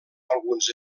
alguns